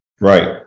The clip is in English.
Right